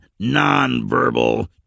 nonverbal